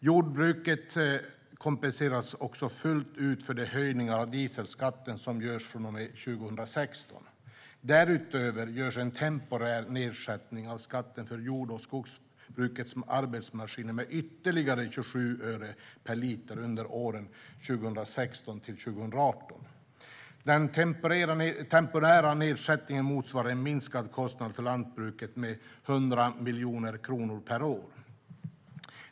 Jordbruket kompenseras också fullt ut för de höjningar av dieselskatten som görs från 2016. Därutöver görs en temporär nedsättning av skatten för jord och skogsbrukets arbetsmaskiner med ytterligare 27 öre per liter under åren 2016-2018. Den temporära nedsättningen motsvarar en minskad kostnad för lantbruket med 100 miljoner kronor per år.